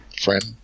friend